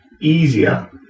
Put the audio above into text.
easier